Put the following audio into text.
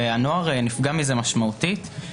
והנוער נפגע מזה משמעותית.